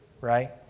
Right